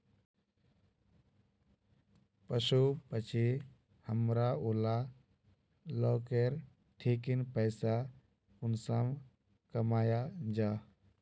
पशु पक्षी हमरा ऊला लोकेर ठिकिन पैसा कुंसम कमाया जा?